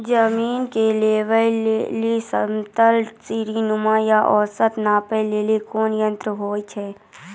जमीन के लेवल समतल सीढी नुमा या औरो नापै लेली कोन यंत्र होय छै?